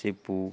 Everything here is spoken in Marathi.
शेपू